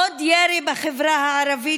עוד ירי בחברה הערבית,